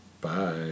Bye